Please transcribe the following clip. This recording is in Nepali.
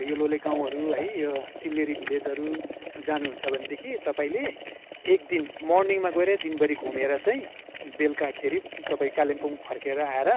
यो लोले गाउँहरू है यो सिलेरी भिलेजहरू जानुहुन्छ भनेदेखि तपाईँले एकदिन मर्निङमा गएर दिनभरि घुमेर चाहिँ बेलुकाखेरि तपाईँ कालिम्पोङ फर्केर आएर